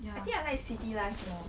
I think I like city life more